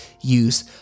use